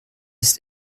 ist